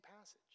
passage